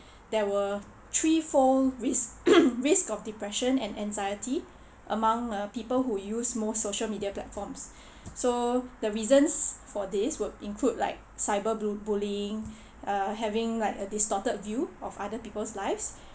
there were three fold risk risk of depression and anxiety among uh people who use most social media platforms so the reasons for this will include like cyber bu~ bullying err having like a distorted view of other people's lives